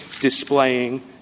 displaying